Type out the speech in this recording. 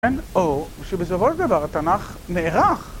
או שבסופו של דבר התנ״ך נערך